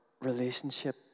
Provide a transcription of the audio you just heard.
relationship